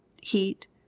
Heat